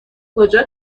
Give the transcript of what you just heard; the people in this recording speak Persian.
کجا